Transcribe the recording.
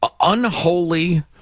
unholy